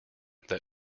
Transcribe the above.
that